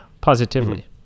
positively